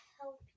help